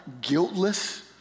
guiltless